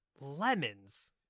Lemons